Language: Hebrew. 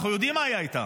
אנחנו יודעים מה היה איתה,